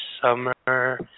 Summer